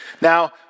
Now